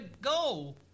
go